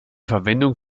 verwendung